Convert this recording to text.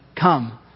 come